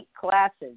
classes